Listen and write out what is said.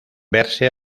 verse